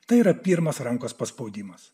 tai yra pirmas rankos paspaudimas